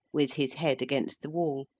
with his head against the wall,